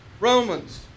Romans